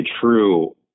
true